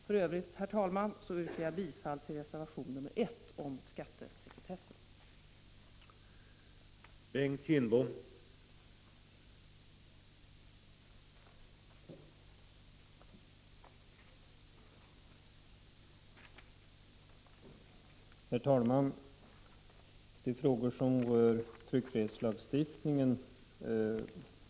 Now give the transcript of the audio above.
För övrigt, herr talman, yrkar jag bifall till reservation 1 om skattesekretessen.